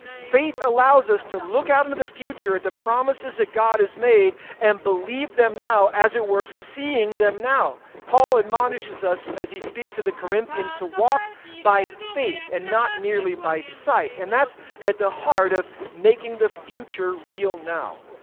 faith allows us to look out into the future at the promises that god has made, and believe them now, as it were seeing them now. paul admonishes us as he speaks to the corinthians to walk by faith and not merely by sight, and that's at the heart of making the future real now.